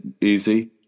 easy